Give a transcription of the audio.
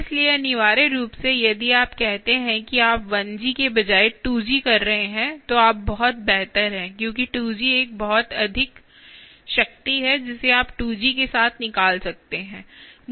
इसलिए अनिवार्य रूप से यदि आप कहते हैं कि आप 1G के बजाय 2G कर रहे हैं तो आप बहुत बेहतर हैं क्योंकि 2G एक बहुत अधिक शक्ति है जिसे आप 2G के साथ निकाल सकते हैं